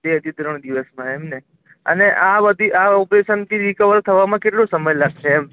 બેથી ત્રણ દિવસમાં એમ ને અને આ બધી આ ઓપરેશનથી રિકવર થવામાં કેટલો સમય લાગશે એમને